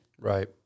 Right